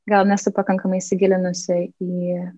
gal nesu pakankamai įsigilinusi į